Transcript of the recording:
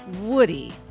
Woody